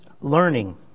learning